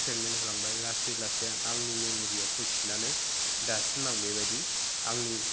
treatment होलांबाय लासै लासै आंनि मेम'रियाव फैफिननानै दासिम आं बेबायदि आंनि